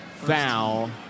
foul